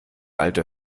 alte